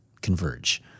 converge